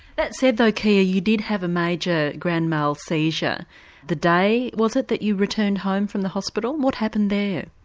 that said, though, kia, you did have a major grand mal seizure the day was it that you returned home from the hospital? what happened there?